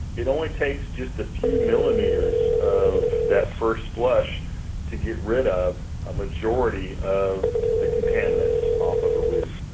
it only takes just a few millimeters of that first flush to get rid of a majority of the contaminants off of a roof.